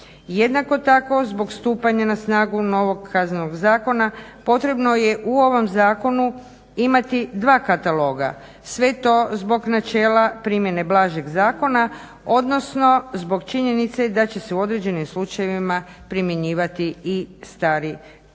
Jednako tako zbog stupanja na snagu novog KZ-a potrebno je u ovom zakonu imati dva kataloga, sve to zbog načela primjene blažeg zakona, odnosno zbog činjenice da će se u određenim slučajevima primjenjivati i stari KZ.